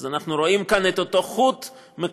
אז אנחנו רואים כאן את אותו חוט מקשר,